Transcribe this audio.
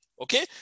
okay